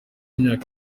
imyaka